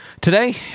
Today